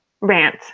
rant